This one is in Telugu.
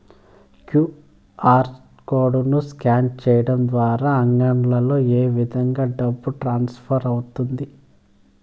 క్యు.ఆర్ కోడ్ ను స్కాన్ సేయడం ద్వారా అంగడ్లలో ఏ విధంగా డబ్బు ట్రాన్స్ఫర్ అవుతుంది